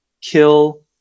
kill